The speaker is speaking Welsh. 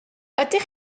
ydych